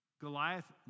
Goliath